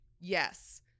yes